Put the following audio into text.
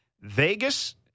Vegas